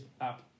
app